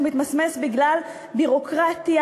הוא מתמסמס בגלל ביורוקרטיה,